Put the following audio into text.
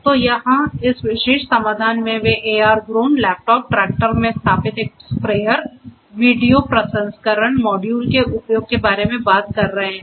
तो यहां इस विशेष समाधान में वे AR ड्रोन लैपटॉप ट्रैक्टर में स्थापित एक स्प्रेयर वीडियो प्रसंस्करण मॉड्यूल के उपयोग के बारे में बात कर रहे हैं